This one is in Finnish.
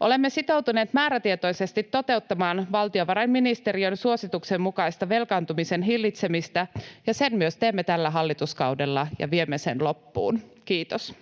Olemme sitoutuneet määrätietoisesti toteuttamaan valtiovarainministeriön suosituksen mukaista velkaantumisen hillitsemistä, ja sen myös teemme tällä hallituskaudella ja viemme sen loppuun. — Kiitos.